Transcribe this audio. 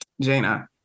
Jaina